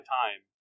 time